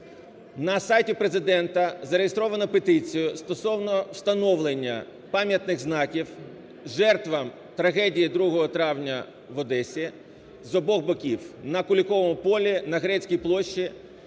На сайті Президента зареєстровано петицію стосовно встановлення пам'ятних знаків жертвам трагедії 2-го травня в Одесі з обох боків на Куликовому полі, на Грецькій площі.